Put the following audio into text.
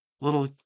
little